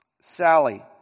Sally